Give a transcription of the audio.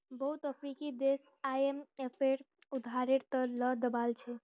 बहुत अफ्रीकी देश आईएमएफेर उधारेर त ल दबाल छ